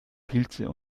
pilze